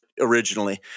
originally